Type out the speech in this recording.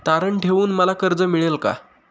तारण ठेवून मला कर्ज मिळेल का?